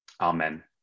Amen